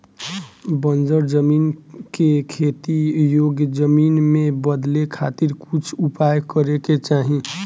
बंजर जमीन के खेती योग्य जमीन में बदले खातिर कुछ उपाय करे के चाही